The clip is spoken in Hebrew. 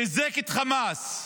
חיזק את חמאס,